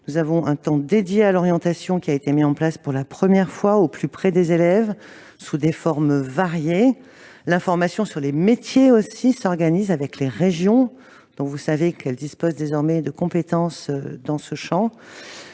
du lycée, un temps dédié à l'orientation a été mis en place pour la première fois, au plus près des élèves, sous des formes variées. L'information sur les métiers s'organise également avec les régions, dont vous savez qu'elles disposent désormais de compétences dans ce champ.